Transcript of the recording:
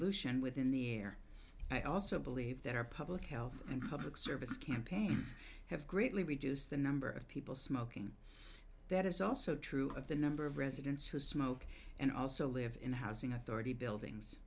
dilution within the air i also believe that our public health and public service campaigns have greatly reduced the number of people smoking that is also true of the number of residents who smoke and also live in housing authority buildings